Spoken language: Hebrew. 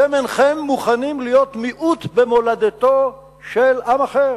אתם אינכם מוכנים להיות מיעוט במולדתו של עם אחר,